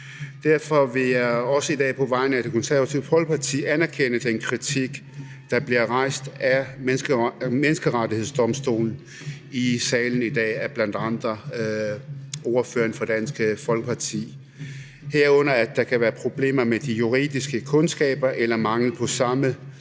Derfor vil jeg også i dag på vegne af Det Konservative Folkeparti anerkende den kritik af Menneskerettighedsdomstolen, der bliver rejst i salen i dag af blandt andre ordføreren for Dansk Folkeparti, herunder anerkende, at der kan være problemer med de juridiske kundskaber eller mangel på samme,